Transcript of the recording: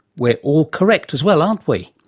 we're all correct as well aren't we?